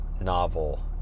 novel